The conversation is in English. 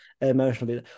emotional